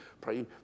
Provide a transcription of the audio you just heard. Pray